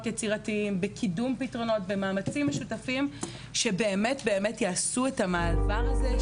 יצירתיים; בקידום פתרונות; במאמצים משותפים שבאמת יעשו את המעבר הזה.